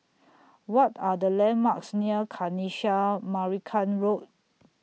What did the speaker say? What Are The landmarks near Kanisha Marican Road